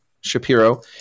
Shapiro